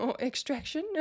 extraction